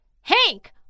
Hank